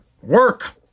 Work